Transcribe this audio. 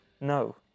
No